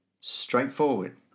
straightforward